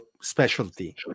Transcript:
specialty